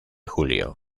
julio